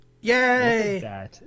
Yay